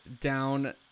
down